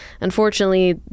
unfortunately